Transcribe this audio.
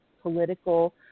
political